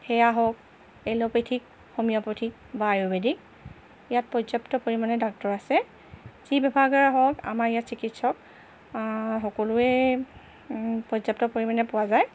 সেয়া হওক allopathic homeopathic বা আয়ুৰ্বেদিক ইয়াত পৰ্যাপ্ত পৰিমাণে ডাক্তৰ আছে যি বিভাগৰে হওক আমাৰ ইয়াত চিকিৎসক সকলোৱে পৰ্যাপ্ত পৰিমাণে পোৱা যায়